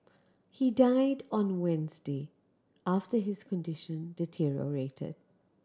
he died on Wednesday after his condition deteriorated